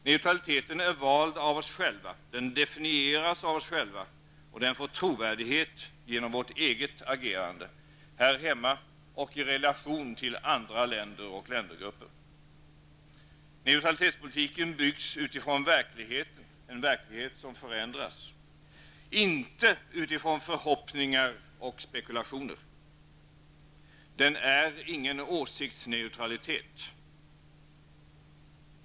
Neutraliteten är vald av oss själva, den definieras av oss själva och den får trovärdighet genom vårt eget agerande, här hemma och i relation till andra länder och ländergrupper. Neutralitetspolitiken byggs utifrån verkligheten -- en verklighet som förändras -- och inte utifrån förhoppningar och spekulationer. Den är ingen åsiktsneutralitet.